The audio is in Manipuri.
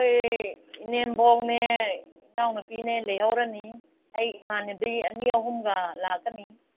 ꯑꯩꯈꯣꯏ ꯏꯅꯦꯝꯕꯣꯛꯅꯦ ꯏꯅꯥꯎ ꯅꯨꯄꯤꯅꯦ ꯂꯩꯍꯧꯔꯅꯤ ꯑꯩ ꯏꯃꯥꯟꯅꯕꯤ ꯑꯅꯤ ꯑꯍꯨꯝꯒ ꯂꯥꯛꯀꯅꯤ